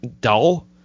dull